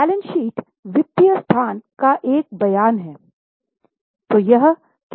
balance sheet वित्तीय स्थिति का एक बयान है